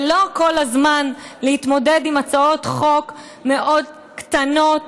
ולא כל הזמן להתמודד עם הצעות חוק מאוד קטנות,